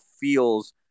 feels